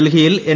ഡൽഹിയിൽ എൻ